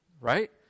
right